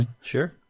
sure